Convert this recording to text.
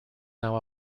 now